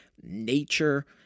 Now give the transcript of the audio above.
nature